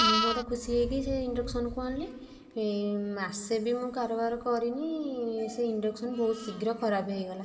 ମୁଁ ମୋର ଖୁସି ହେଇକି ସେ ଇଣ୍ଡକ୍ସନକୁ ଆଣିଲି ମାସେ ବି ମୁଁ କାରବାର କରିନି ସେ ଇଣ୍ଡକ୍ସନ ବହୁତ ଶୀଘ୍ର ଖରାପ ହେଇଗଲା